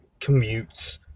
commutes